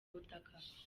butaka